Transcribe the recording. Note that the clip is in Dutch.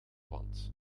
wand